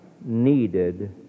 needed